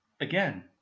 Again